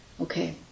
okay